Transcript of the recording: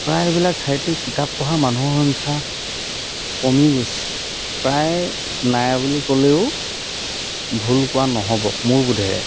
প্ৰায়বিলাক ঠাইতে কিতাপ পঢ়াৰ মানুহৰ সংখ্যা কমি গৈছে প্ৰায় নাই বুলি ক'লেও ভুল কোৱা নহ'ব মোৰ বোধেৰে